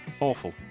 Awful